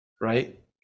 right